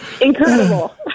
incredible